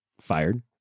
fired